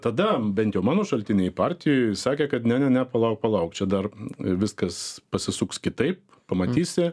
tada bent jau mano šaltiniai partijoj sakė kad ne ne ne palauk palauk čia dar viskas pasisuks kitaip pamatysi